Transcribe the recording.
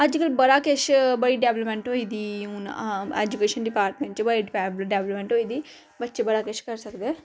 अज्जकल बड़ा किश बड़ी डेवलपमेंट होई गेदी हून ऐजुकेशन डिपार्टमेंट च बड़ी डेवलपमेंट होई गेदी बच्चे बड़ा किश करी सकदे